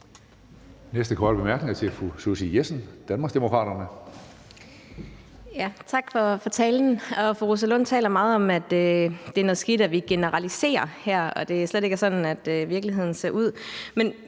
Næste korte bemærkning er til fru Susie Jessen, Danmarksdemokraterne.